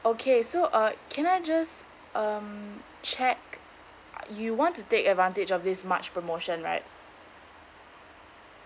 okay so uh can I just um check you want to take advantage of this march promotion right